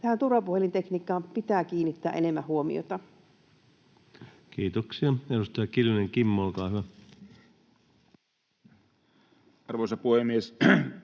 Tähän turvapuhelintekniikkaan pitää kiinnittää enemmän huomiota. Kiitoksia. — Edustaja Kiljunen, Kimmo, olkaa hyvä. Arvoisa puhemies!